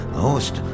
host